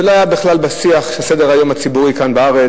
זה לא היה בכלל בשיח של סדר-היום הציבורי כאן בארץ,